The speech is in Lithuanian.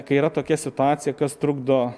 kai yra tokia situacija kas trukdo